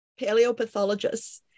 paleopathologists